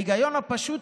ההיגיון הפשוט,